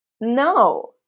No